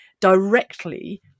directly